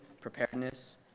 preparedness